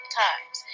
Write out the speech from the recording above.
times